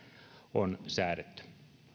on säädetty